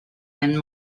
and